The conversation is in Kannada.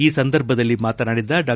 ಈ ಸಂದರ್ಭದಲ್ಲಿ ಮಾತನಾಡಿದ ಡಾ